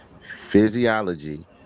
Physiology